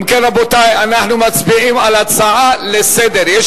אם כן, רבותי, אנחנו מצביעים על הצעה לסדר-היום.